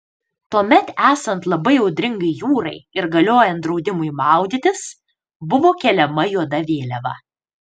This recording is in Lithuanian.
tuomet esant labai audringai jūrai ir galiojant draudimui maudytis buvo keliama juoda vėliava